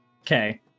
Okay